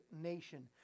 nation